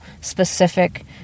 specific